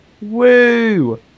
Woo